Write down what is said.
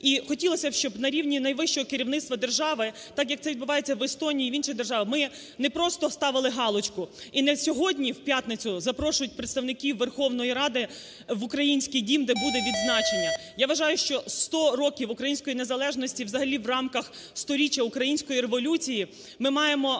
І хотілося, щоб на рівні найвищого керівництва держави так, як це відбувається в Естонії і в інших державах, ми не просто ставили галочку і не сьогодні в п'ятницю запрошують представників Верховної Ради в Українській дім, де буде відзначення. Я вважаю, що 100 років української незалежності взагалі в рамках сторіччя Української революції ми маємо